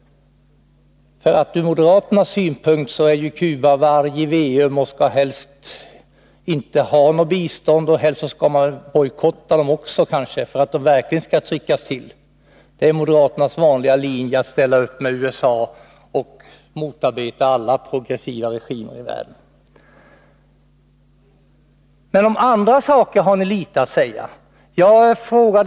Ur moderaternas synpunkt är ju Cuba varg i veum och skall helst inte ha något bistånd. Allra helst vill man nog helt bojkotta och trycka ned detta land. Det är moderaternas vanliga linje, dvs. att ställa upp för USA och motarbeta alla progressiva regimer i världen. Om andra saker har emellertid moderaterna föga att säga.